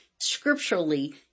scripturally